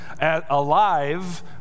alive